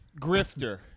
Grifter